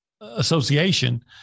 association